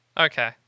Okay